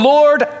Lord